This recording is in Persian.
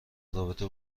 رابطه